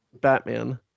Batman